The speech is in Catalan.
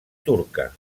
turca